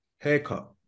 haircut